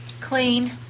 Clean